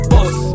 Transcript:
Boss